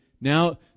Now